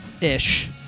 ish